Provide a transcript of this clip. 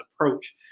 approach